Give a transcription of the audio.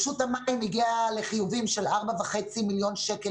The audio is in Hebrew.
רשות המים הגיעה לחיובים של 4.5 מיליון שקלים